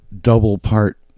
double-part